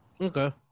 okay